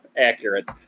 accurate